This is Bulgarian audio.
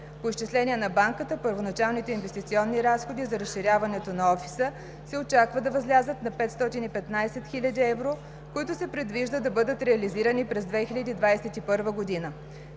По изчисления на Банката първоначалните инвестиционни разходи за разширяването на Офиса се очаква да възлязат на 515 хил. евро, които се предвижда да бъдат реализирани през 2021 г.